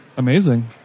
Amazing